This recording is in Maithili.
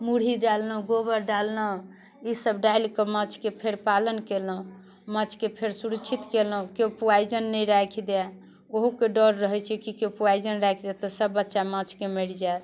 मुरही डाललहुँ गोबर डाललहुँ ई सब डालिके माछके फेर पालन कयलहुँ माछके फेर सुरक्षित कयलहुँ केओ पोइजन नहि राखि दय ओहोके डर रहैत छै कि केओ पोइजन राखि देत तऽ सब बच्चा माछके मरि जायत